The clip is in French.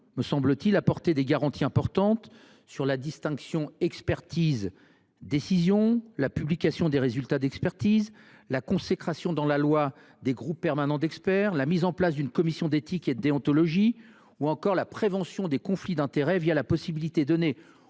la commission, apporté des garanties importantes sur la distinction entre l’expertise et la décision, la publication des résultats d’expertise, la consécration dans la loi des groupes permanents d’experts, la mise en place d’une commission d’éthique et de déontologie ou encore la prévention des conflits d’intérêts, grâce à la possibilité donnée